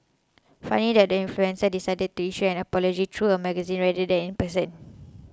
funny that the influencer decided to issue an apology through a magazine rather than in person